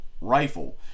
rifle